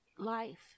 life